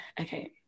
okay